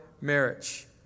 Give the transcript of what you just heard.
marriage